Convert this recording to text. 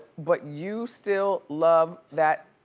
but you still love that